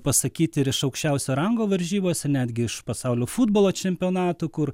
pasakyti ir iš aukščiausio rango varžybose netgi iš pasaulio futbolo čempionatų kur